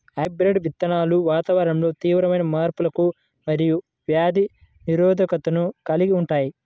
hybrid విత్తనాలు వాతావరణంలో తీవ్రమైన మార్పులకు మరియు వ్యాధి నిరోధకతను కలిగి ఉంటాయి